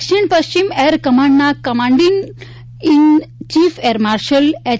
દક્ષિણ પશ્ચિમ એર કમાન્ડના commanding in chief air marshal H